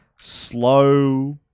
slow